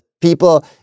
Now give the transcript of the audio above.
people